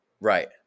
Right